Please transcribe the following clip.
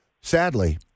Sadly